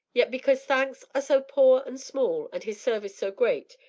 yet because thanks are so poor and small, and his service so great,